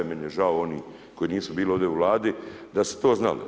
Meni je žao oni koji nisu bili ovdje u Vladi, da su to znali.